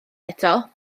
eto